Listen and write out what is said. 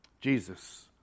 Jesus